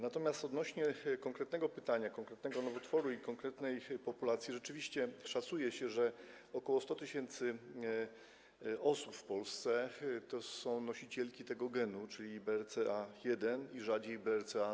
Natomiast odnośnie do konkretnego pytania, konkretnego nowotworu i konkretnej populacji rzeczywiście szacuje się, że ok. 100 tys. osób w Polsce to nosicielki tego genu, czyli BRCA1 i rzadziej BRCA2.